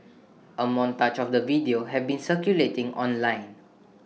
A montage of the videos have been circulating online